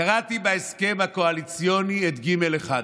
קראתי בהסכם הקואליציוני את ג'1,